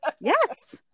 Yes